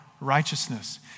righteousness